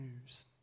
news